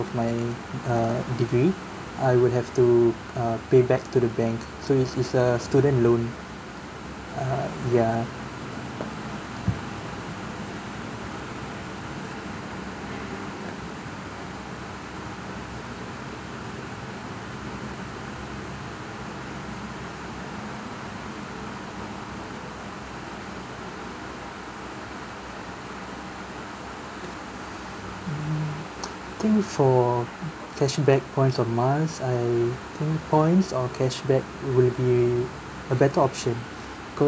of my err degree I would have to uh pay back to the bank so it's it's a student loan uh ya mm think for cashback points or miles I think points or cashback will be a better option